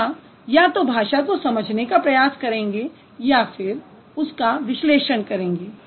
यहाँ या तो भाषा को समझने का प्रयास करेंगे या फिर उसका विश्लेषण करेंगे